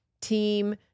team